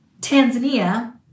Tanzania